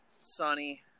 sunny